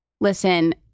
listen